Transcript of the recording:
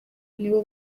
nibo